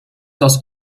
aus